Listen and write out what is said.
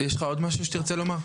יש לך עוד משהו שתרצה לומר?